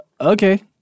okay